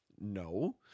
No